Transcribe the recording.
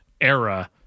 era